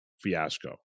fiasco